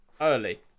early